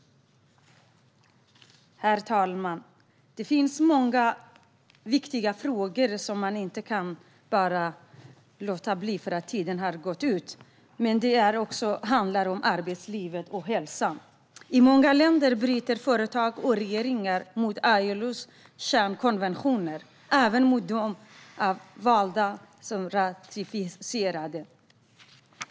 Herr talman! Det finns många viktiga frågor som man inte kan låta bli att ta upp bara för att tiden så att säga har gått ut. En viktig fråga handlar om arbetsliv och hälsa. I många länder bryter företag och regeringar mot ILO:s kärnkonventioner, även mot dem som de har valt att ratificera.